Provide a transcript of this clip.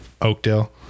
Oakdale